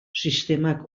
sistemak